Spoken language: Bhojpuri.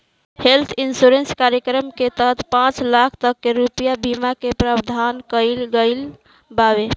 हेल्थ इंश्योरेंस कार्यक्रम के तहत पांच लाख तक रुपिया के बीमा के प्रावधान कईल गईल बावे